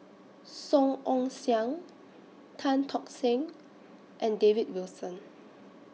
Song Ong Siang Tan Tock Seng and David Wilson